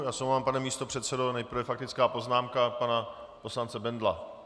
Já se omlouvám, pane místopředsedo, nejprve faktická poznámka pana poslance Bendla.